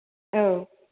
औ